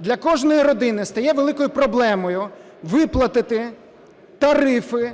для кожної родини стає великою проблемою виплатити тарифи,